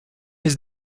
his